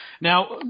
Now